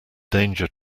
danger